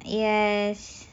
yes